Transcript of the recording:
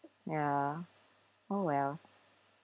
ya oh wells